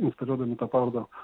instaliuodami tą parodą